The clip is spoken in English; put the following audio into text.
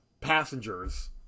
passengers